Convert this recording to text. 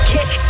Kick